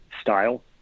style